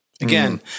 again